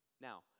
Now